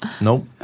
Nope